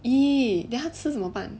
then 他吃怎么办